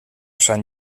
sant